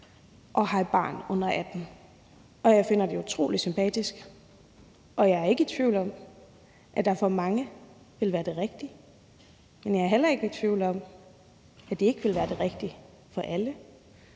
og har et barn under 18 år. Jeg finder det utrolig sympatisk, og jeg ikke i tvivl om, at det for mange vil være det rigtige, men jeg er heller ikke i tvivl om, at det ikke vil være det rigtige for alle,